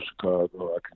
Chicago